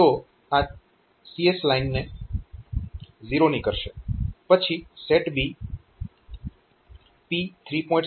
તો આ CS લાઇનને 0 ની કરશે પછી SETB P 3